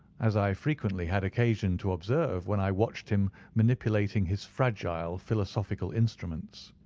as i frequently had occasion to observe when i watched him manipulating his fragile philosophical instruments.